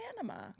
Panama